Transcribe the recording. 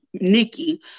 Nikki